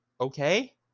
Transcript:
okay